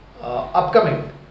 Upcoming